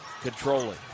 controlling